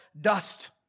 dust